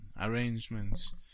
arrangements